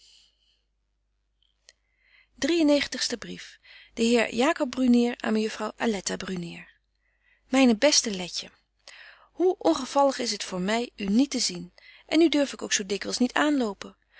negentigste brief de heer jacob brunier aan mejuffrouw aletta brunier myne beste letje hoe ongevallig is het voor my u niet te zien en nu durf ik ook zo dikwyls niet aanlopen